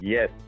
Yes